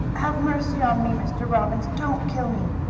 have mercy on me, mr. robbins! don't kill me!